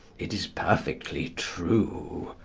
it is perfectly true.